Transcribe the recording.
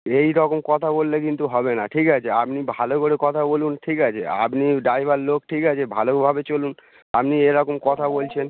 এই রকম কথা বললে কিন্তু হবে না ঠিক আছে আপনি ভালো করে কথা বলুন ঠিক আছে আপনি ড্রাইভার লোক ঠিক আছে ভালোভাবে চলুন আপনি এরকম কথা বলছেন